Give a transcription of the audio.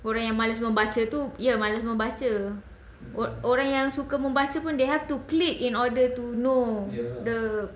orang yang malas membaca tu ya malas membaca orang yang suka membaca pun they have to click in order to know the